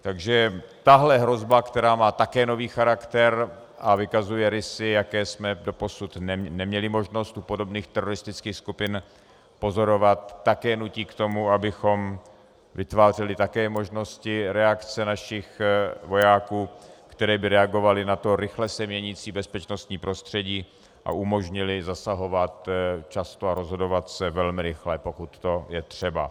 Takže tato hrozba, která má také nový charakter a vykazuje rysy, jaké jsme doposud neměli možnost u podobných teroristických skupin pozorovat, nutí k tomu, abychom vytvářeli také možnosti reakce našich vojáků, které by reagovaly na to rychle se měnící bezpečnostní prostředí a umožnily zasahovat často a rozhodovat se velmi rychle, pokud to je třeba.